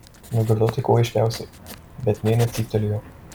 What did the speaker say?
nugirdau tą kuo aiškiausiai bet nė necyptelėjau